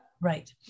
Right